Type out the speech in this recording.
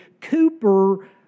Cooper